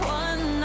one